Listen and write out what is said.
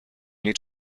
need